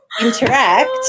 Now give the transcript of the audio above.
interact